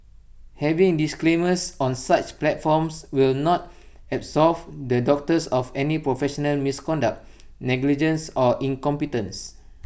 having disclaimers on such platforms will not absolve the doctors of any professional misconduct negligence or incompetence